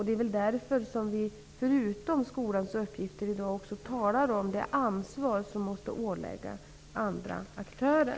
Det är därför som vi förutom om skolans uppgifter i dag också talar om det ansvar som måste åläggas andra aktörer.